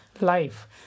life